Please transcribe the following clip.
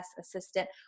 assistant